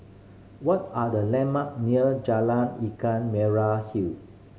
what are the landmark near Jalan Ikan Merah Hill